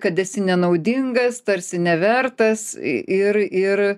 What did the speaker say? kad esi nenaudingas tarsi nevertas ir ir